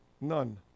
None